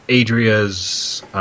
Adria's